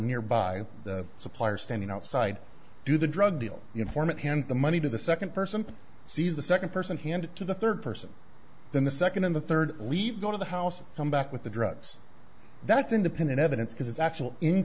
nearby the supplier standing outside do the drug deal the informant hand the money to the second person sees the second person hand it to the third person then the second in the third leave go to the house and come back with the drugs that's independent evidence because it's actual